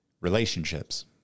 relationships